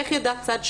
איך יידע צד שלישי?